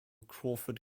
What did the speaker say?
crawford